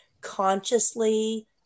consciously